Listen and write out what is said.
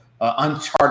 uncharted